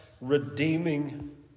redeeming